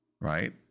right